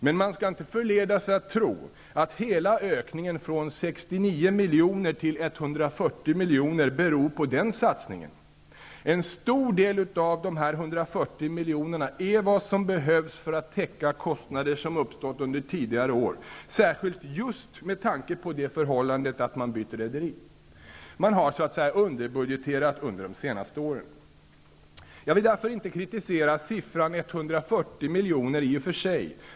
Men man skall inte förledas att tro att hela ökningen från 69 miljoner till 140 miljoner beror på den satsningen. En stor del av dessa 140 miljoner är vad som behövs för att täcka kostnader som uppstått under tidigare år, särskilt beroende just på det förhållandet att man bytt rederi. Man har så att säga underbudgeterat under de senaste åren. Jag vill därför inte kritisera siffran 140 miljoner i och för sig.